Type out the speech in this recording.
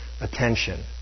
attention